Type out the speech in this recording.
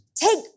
Take